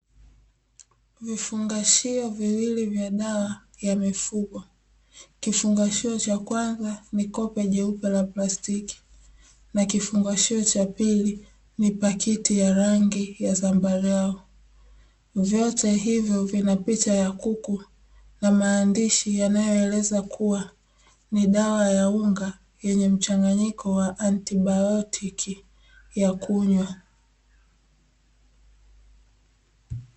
Vifungashio viwili vya dawa ya mifugo, kifungashio cha kwanza ni kopo jeupe la plastiki na kifungashio cha pili ni pakiti ya rangi ya zambarau, vyote hivyo vina picha ya kuku na maandishi yanayoeleza kuwa ni dawa ya unga yenye mchanganyiko wa antibaiotiki ya kunywa.